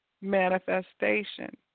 manifestation